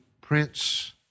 Prince